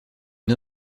une